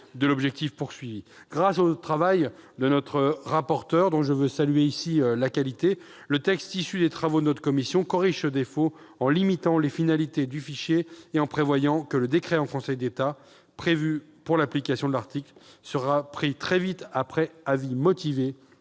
de l'objectif à atteindre. Grâce au travail de notre rapporteur, dont je veux ici saluer la qualité, le texte issu des travaux de la commission des lois corrige ce défaut en limitant les finalités du fichier et en prévoyant que le décret en Conseil d'État, prévu en l'application de l'article, sera pris après publication d'un avis motivé